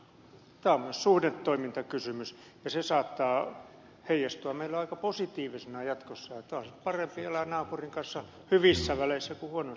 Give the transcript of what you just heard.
tämä on myös suhdetoimintakysymys ja se saattaa heijastua meillä aika positiivisena jatkossa onhan se nyt parempi elää naapurin kanssa hyvissä väleissä kuin huonoissa väleissä